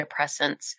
antidepressants